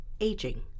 aging